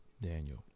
Daniel